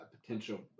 potential